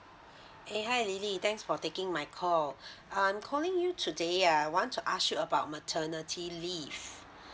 eh hi lily thanks for taking my call I'm calling you today uh I want to ask you about maternity leave